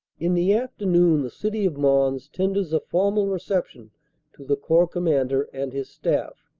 in the afternoon the city of mons tenders a formal reception to the corps commander and his staff.